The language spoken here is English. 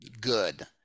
good